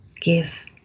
Give